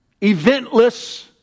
eventless